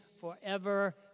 forever